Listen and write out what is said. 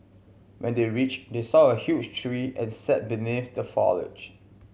when they reached they saw a huge tree and sat beneath the foliage